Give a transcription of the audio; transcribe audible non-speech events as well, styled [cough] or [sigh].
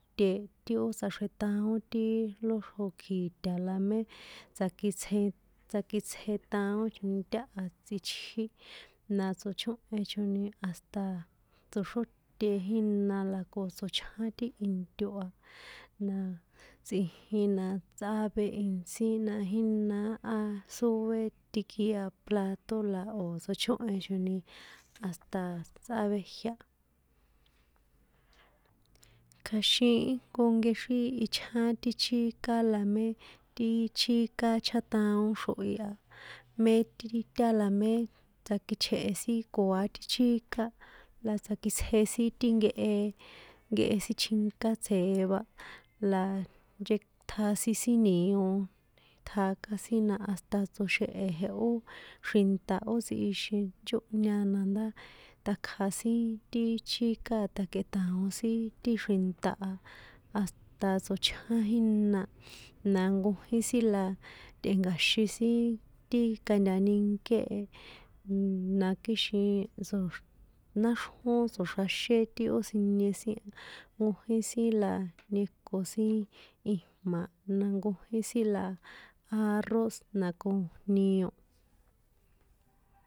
[noise] ó tsꞌaxrjetaon ti lóxrjó kjiṭa̱ la mé tsakitsje, tsakitsjeṭaón choni táha tsitjí, na tsochóhe choni hasta tsoxróte jína la ko tsochján ti into a, na tsꞌijin na, tsꞌave intsí na jína a sóe tikia plato la o̱ tsochóhen choni hasta tsꞌavejia. Kja̱xin íjnko nkexrín ichján ti chíka la mé ti chíka chjáṭaón xrohi a, mé ti tá la mé tsakitje̱he sin koa̱ ti chíka, la tsakitsje sin ti nkehe, nkehe sítjinka tsje̱e va, la nchetjasisin sin nio̱, tjaka sin na hasta tsoxehe̱ jehó xrinṭa ó tsixin nchónhña na me takja sin ti chíka a takeṭaon sin ti xrinṭa a hasta tsochján jína na nkojín la tꞌe̱nka̱xin sin ti nkantanikié e, [hesitation] na kixin tsoxr, náxrjón tso̱xraxé ti ó sinie sin nkojín sin la nieko sin ijma̱ na nkojín sin la arroz na ko nio.